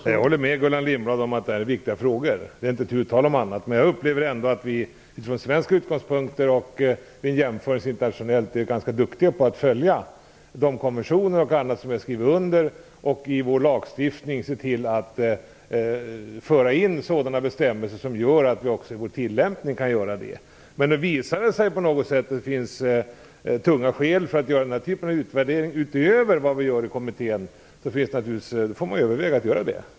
Herr talman! Jag håller med Gullan Lindblad om att det här är viktiga frågor. Det är inte tu tal om annat. Från svensk utgångspunkt upplever jag ändå att vi vid jämförelser internationellt är ganska duktiga på att följa de konventioner och annat som vi har skrivit under och att i vår lagstiftning se till att föra in sådana bestämmelser som gör att vi också i vår tillämpning kan följa dem. Men visar det sig på något sätt att det finns tunga skäl för att göra den typen av utvärdering, utöver det man gör i kommittén, får man naturligtvis överväga att göra en sådan.